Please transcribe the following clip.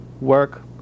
work